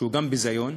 שגם הוא ביזיון,